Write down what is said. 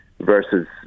Versus